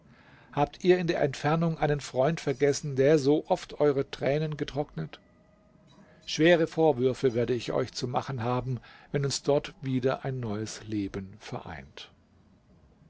habt ihr in der entfernung einen freund vergessen der so oft eure tränen getrocknet schwere vorwürfe werde ich euch zu machen haben wenn uns dort wieder ein neues leben vereint